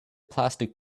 plastic